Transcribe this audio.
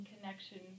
connection